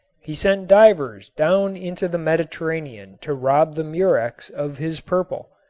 he sent divers down into the mediterranean to rob the murex of his purple.